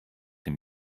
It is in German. dem